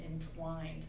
entwined